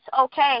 okay